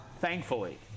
thankfully